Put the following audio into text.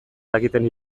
dakiten